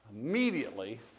immediately